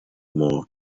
more